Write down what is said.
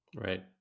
Right